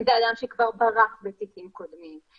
אם זה אדם שכבר ברח בתיקים קודמים,